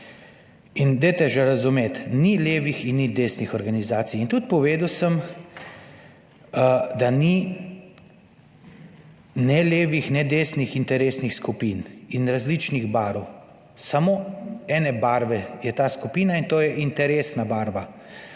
in dajte že razumeti, ni levih in ni desnih organizacij, in tudi povedal sem, da ni ne levih ne desnih interesnih skupin in različnih barv. Samo ene barve je ta skupina, in to je interesna barva.